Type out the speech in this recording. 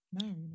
No